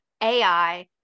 ai